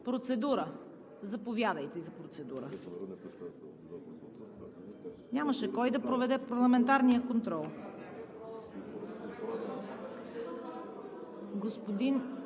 процедура.) Заповядайте, за процедура. Нямаше кой да проведе парламентарния контрол.